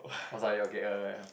I was like okay err